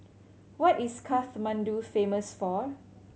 what is Kathmandu famous for